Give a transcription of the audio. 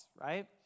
right